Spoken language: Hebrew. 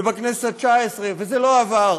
ובכנסת התשע-עשרה וזה לא עבר.